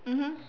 mmhmm